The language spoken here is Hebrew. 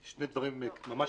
שני דברים קטנטנים